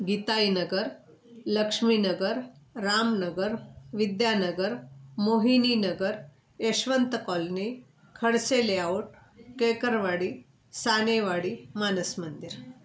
Gitainagar Laxminagar Ramnagar Vidyanagar Mohininagar Yashwant colony Khadse layout Kelkarwadi Sanewadi Manas मंदिर